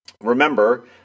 remember